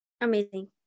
Amazing